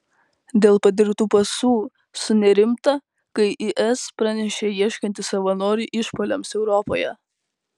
dėl padirbtų pasų sunerimta kai is pranešė ieškanti savanorių išpuoliams europoje